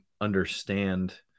understand